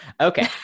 Okay